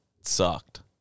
sucked